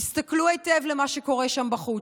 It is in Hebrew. תסתכלו היטב על מה שקורה שם בחוץ,